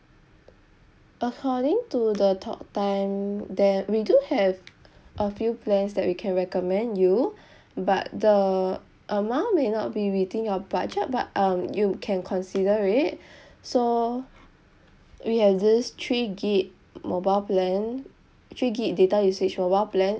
according to the talk time there we do have a few plans that we can recommend you but the amount may not be within your budget but um you can consider it so we have this three gig mobile plan three gig data usage mobile plan